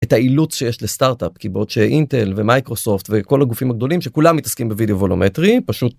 את האילוץ שיש לסטארטאפ כי בעוד שאינטל ומייקרוסופט וכל הגופים הגדולים שכולם מתעסקים בוידאו וולומטרי פשוט.